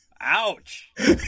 Ouch